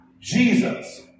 Jesus